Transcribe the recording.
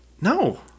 No